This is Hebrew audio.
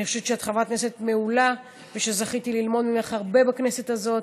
אני חושבת שאת חברת כנסת מעולה ושזכיתי ללמוד ממך הרבה בכנסת הזאת.